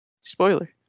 Spoiler